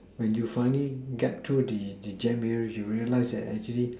when you finally get to the the jam area you realize that actually